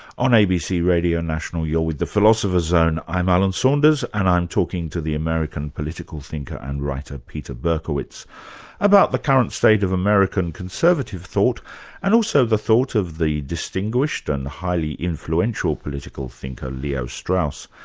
on abc radio national, you're with the philosopher's zone. i'm alan saunders and i'm talking to the american political thinker and writer, peter berkowitz about the current state of american conservative thought and also the thought of the distinguished and highly influential political thinker, leo strauss.